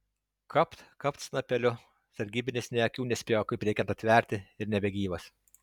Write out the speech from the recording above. kapt kapt snapeliu sargybinis nė akių nespėjo kaip reikiant atverti ir nebegyvas